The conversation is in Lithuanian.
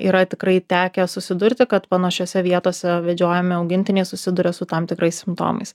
yra tikrai tekę susidurti kad panašiose vietose vedžiojami augintiniai susiduria su tam tikrais simptomais